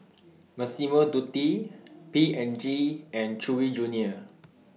Massimo Dutti P and G and Chewy Junior